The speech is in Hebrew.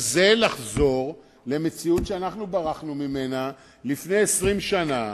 זה לחזור למציאות שאנחנו ברחנו ממנה לפני 20 שנה,